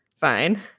fine